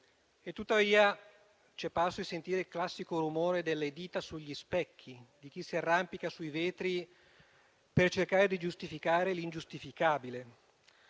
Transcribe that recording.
Tuttavia, c'è parso di sentire il classico rumore delle dita sugli specchi, di chi si arrampica sui vetri, per cercare di giustificare l'ingiustificabile.